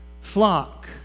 flock